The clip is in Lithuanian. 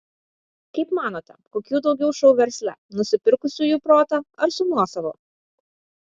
kaip manote kokių daugiau šou versle nusipirkusiųjų protą ar su nuosavu